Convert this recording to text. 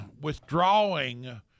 withdrawing